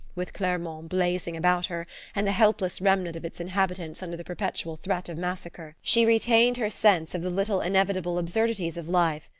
with clermont blazing about her and the helpless remnant of its inhabitants under the perpetual threat of massacre, she retained her sense of the little inevitable absurdities of life,